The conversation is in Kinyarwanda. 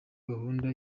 gahunda